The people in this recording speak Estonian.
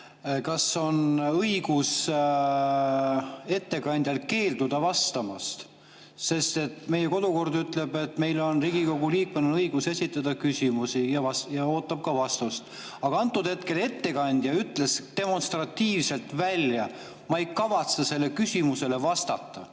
on õigus keelduda vastamast? Meie kodukord ütleb, et Riigikogu liikmel on õigus esitada küsimusi ja ta ootab ka vastust. Aga antud hetkel ettekandja ütles demonstratiivselt välja: ma ei kavatse sellele küsimusele vastata.